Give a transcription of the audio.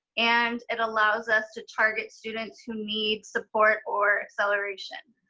and it allows us to target students who need support or acceleration.